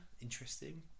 interesting